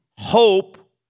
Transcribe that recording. Hope